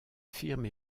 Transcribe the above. firme